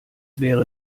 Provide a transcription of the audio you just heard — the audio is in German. wäre